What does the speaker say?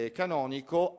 canonico